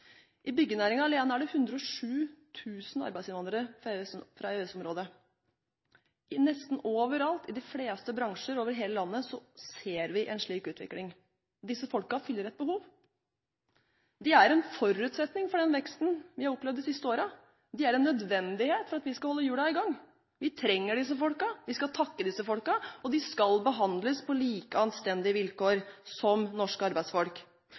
I byggenæringen alene er det 107 000 arbeidsinnvandrere fra EØS-området. Nesten overalt i de fleste bransjer over hele landet ser vi en slik utvikling. Disse folkene fyller et behov. De er en forutsetning for den veksten vi har opplevd de siste årene, og de er en nødvendighet for at vi skal holde hjulene i gang. Vi trenger disse folkene, vi skal takke disse folkene, og de skal behandles på like anstendige vilkår som norske arbeidsfolk.